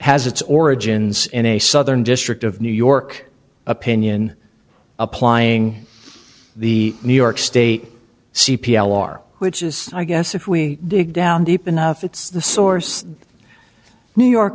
has its origins in a southern district of new york opinion applying the new york state c p l are which is i guess if we dig down deep enough it's the source new york